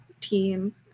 team